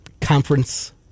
conference